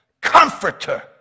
comforter